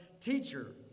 teacher